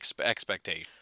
expectation